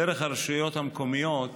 דרך הרשויות המקומיות,